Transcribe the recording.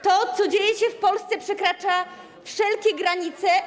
To, co dzieje się w Polsce, przekracza wszelkie granice.